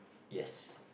yes